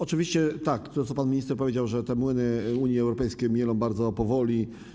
Oczywiście jest tak, jak pan minister powiedział, że te młyny Unii Europejskiej mielą bardzo powoli.